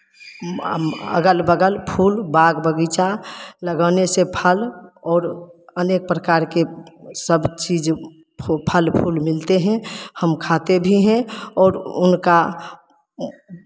अगल बगल फूल बाग बगीचा लगाने से फल और अनेक प्रकार के सब चीज़ फल फूल मिलते हैं हम खाते भी हैं और उनका